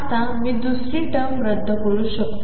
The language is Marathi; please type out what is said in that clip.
आता मी दुसरी टर्म रद्द करू शकतो